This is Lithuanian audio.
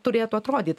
turėtų atrodyt